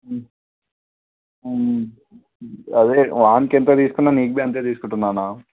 అదే వానికి ఎంత తీసుకున్ననో నీకు బీ అంతే తీసుకుంటున్నాను అన్న